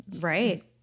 Right